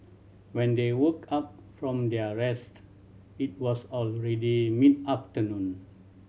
when they woke up from their rest it was already mid afternoon